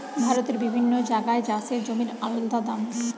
ভারতের বিভিন্ন জাগায় চাষের জমির আলদা দাম